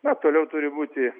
na toliau turi būti